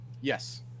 Yes